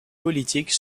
politique